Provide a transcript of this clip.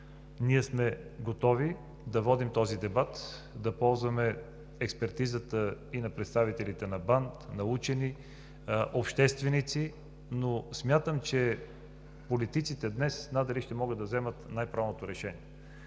Ние сме готови да водим този дебат, да ползваме експертизата и на представителите на БАН, на учени, общественици, но смятам, че политиците днес надали ще могат да вземат най-правилното решение.